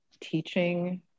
teaching